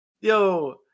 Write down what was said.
Yo